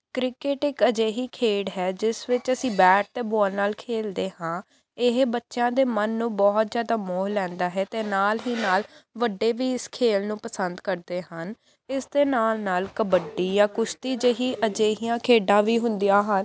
cricket ਇੱਕ ਅਜਿਹੀ ਖੇਡ ਹੈ ਜਿਸ ਵਿੱਚ ਅਸੀਂ ਬੈਟ ਅਤੇ ਬੋਲ ਨਾਲ ਖੇਡਦੇ ਹਾਂ ਇਹ ਬੱਚਿਆਂ ਦੇ ਮਨ ਨੂੰ ਬਹੁਤ ਜ਼ਿਆਦਾ ਮੋਹ ਲੈਂਦਾ ਹੈ ਅਤੇ ਨਾਲ ਹੀ ਨਾਲ ਵੱਡੇ ਵੀ ਇਸ ਖੇਡ ਨੂੰ ਪਸੰਦ ਕਰਦੇ ਹਨ ਇਸ ਦੇ ਨਾਲ ਨਾਲ ਕਬੱਡੀ ਜਾਂ ਕੁਸ਼ਤੀ ਜਿਹੀ ਅਜਿਹੀਆਂ ਖੇਡਾਂ ਵੀ ਹੁੰਦੀਆਂ ਹਨ